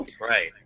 Right